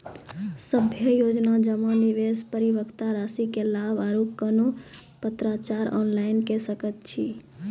सभे योजना जमा, निवेश, परिपक्वता रासि के लाभ आर कुनू पत्राचार ऑनलाइन के सकैत छी?